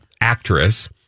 actress